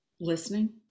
listening